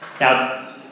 Now